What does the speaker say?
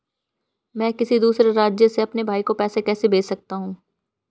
मैं किसी दूसरे राज्य से अपने भाई को पैसे कैसे भेज सकता हूं?